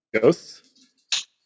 Ghosts